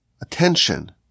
attention